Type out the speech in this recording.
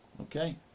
Okay